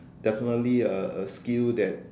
definitely a a skill that